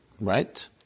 right